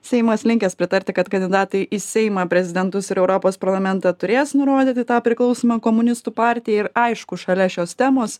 seimas linkęs pritarti kad kandidatai į seimą prezidentus ir europos parlamentą turės nurodyti tą priklausymą komunistų partijai ir aišku šalia šios temos